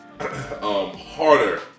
harder